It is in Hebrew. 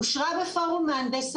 אושרה בפורום מהנדס העיר,